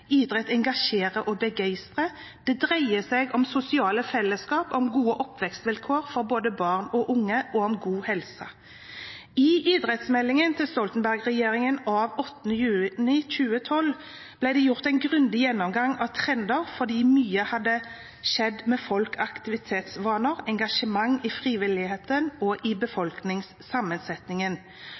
Idrett engasjerer og begeistrer. Det dreier seg om sosiale fellesskap, om gode oppvekstvilkår for både barn og unge og om god helse. I idrettsmeldingen fra Stoltenberg-regjeringen av 8. juni 2012 ble det gjort en grundig gjennomgang av trender fordi mye hadde skjedd med folks aktivitetsvaner, med engasjementet i frivilligheten og med befolkningssammensetningen.